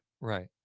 Right